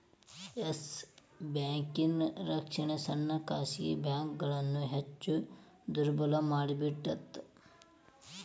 S ಬ್ಯಾಂಕಿನ್ ರಕ್ಷಣೆ ಸಣ್ಣ ಖಾಸಗಿ ಬ್ಯಾಂಕ್ಗಳನ್ನ ಹೆಚ್ ದುರ್ಬಲಮಾಡಿಬಿಡ್ತ್